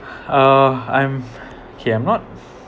uh I'm okay I'm not